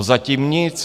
Zatím nic!